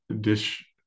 dish